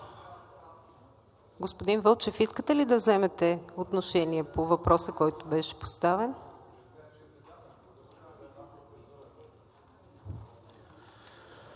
Господин Вълчев, искате ли да вземете отношение по въпроса, който беше поставен?